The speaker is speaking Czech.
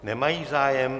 Nemají zájem.